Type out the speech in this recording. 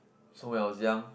so when I was young